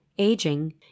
aging